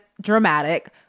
dramatic